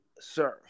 serve